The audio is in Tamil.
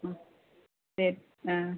ம் சரி ஆ